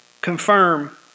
confirm